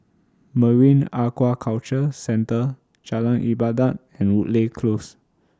Marine Aquaculture Centre Jalan Ibadat and Woodleigh Close